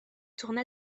tourna